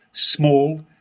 small,